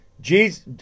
jesus